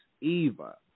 Eva